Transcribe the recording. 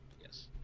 Yes